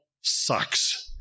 sucks